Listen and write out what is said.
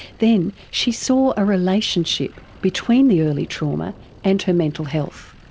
then she saw a relationship between the early trauma and her mental health.